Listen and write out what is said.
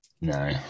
No